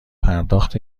پرداخت